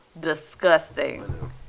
disgusting